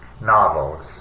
novels